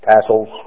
Tassels